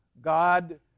God